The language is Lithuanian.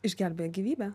išgelbėję gyvybę